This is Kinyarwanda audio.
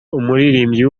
umuririmbyi